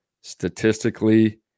statistically